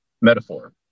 metaphor